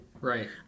Right